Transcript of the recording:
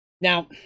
Now